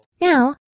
Now